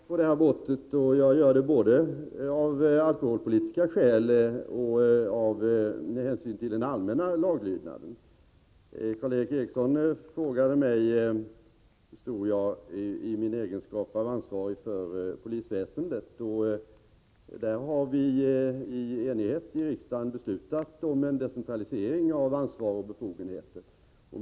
Herr talman! Jag ser allvarligt på detta brott både av alkoholpolitiska skäl och med hänsyn till den allmänna laglydnaden. Jag förmodar att Karl Erik Eriksson ställde sin fråga till mig i min egenskap av ansvarig för polisväsendet. Där har riksdagen i enighet beslutat om en decentralisering av ansvar och befogenheter.